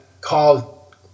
called